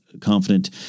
confident